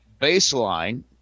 baseline